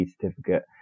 certificate